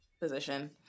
position